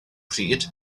pryd